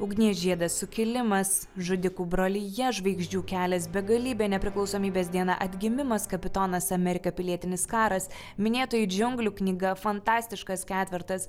ugnies žiedas sukilimas žudikų brolija žvaigždžių kelias begalybė nepriklausomybės diena atgimimas kapitonas amerika pilietinis karas minėtoji džiunglių knyga fantastiškas ketvertas